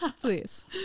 Please